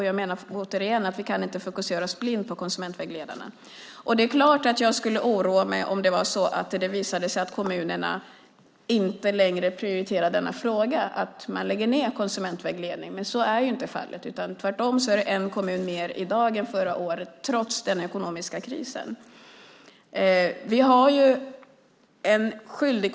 Jag menar återigen att vi inte kan fokusera blint på konsumentvägledarna. Det är klart att jag skulle oroa mig om det visade sig att kommunerna inte längre prioriterade denna fråga utan lägger ned konsumentvägledningen, men så är inte fallet. Tvärtom är det en kommun mer i dag än förra året som har konsumentvägledning, trots den ekonomiska krisen.